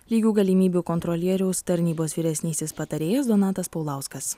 lygių galimybių kontrolieriaus tarnybos vyresnysis patarėjas donatas paulauskas